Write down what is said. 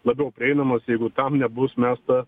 labiau prieinamos jeigu tam nebus mesta